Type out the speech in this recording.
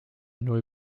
null